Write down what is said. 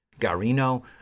Garino